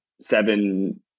seven